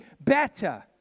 better